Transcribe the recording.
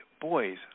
boys